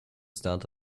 start